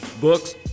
books